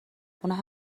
اونها